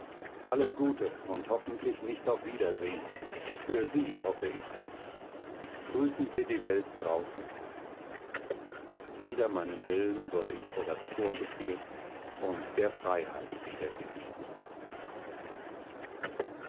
alles gute und hoffentlich nicht auf wiedersehen für sie hoffe ich das grüßen sie die welt draußen wider meinen willen wurde ich vor das tor geführt und der freiheit wiedergegeben